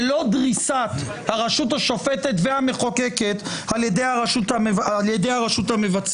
ולא דריסת הרשות השופטת והמחוקקת על ידי הרשות המבצעת.